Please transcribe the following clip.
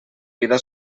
vida